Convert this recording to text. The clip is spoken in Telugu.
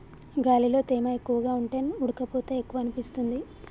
గాలిలో తేమ ఎక్కువగా ఉంటే ఉడుకపోత ఎక్కువనిపిస్తుంది